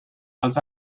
als